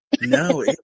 No